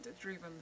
driven